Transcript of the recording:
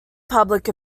public